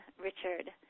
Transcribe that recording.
Richard